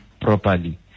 properly